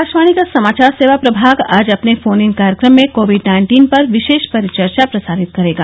आकाशवाणी का समाचार सेवा प्रभाग आज अपने फोन इन कार्यक्रम में कोविड नाइन्टीन पर विशेष परिचर्चा प्रसारित करेगा